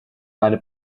meine